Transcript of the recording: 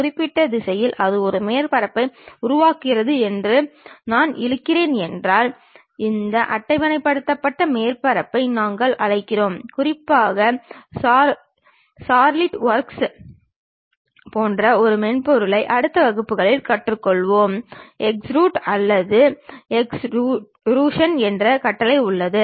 குறிப்பிட்ட திசையில் அது ஒரு மேற்பரப்பை உருவாக்குகிறது என்று நான் இழுக்கிறேன் என்றால் இந்த அட்டவணைப்படுத்தப்பட்ட மேற்பரப்புகளை நாங்கள் அழைக்கிறோம் குறிப்பாக சாலிட்வொர்க்ஸ் போன்ற ஒரு மென்பொருளை அடுத்த வகுப்புகளில் கற்றுக்கொள்வோம் எக்ஸ்ட்ரூட் அல்லது எக்ஸ்ட்ரூஷன் என்ற கட்டளை உள்ளது